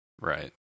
right